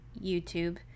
youtube